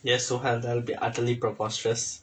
yes suhail that will be utterly preposterous